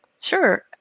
Sure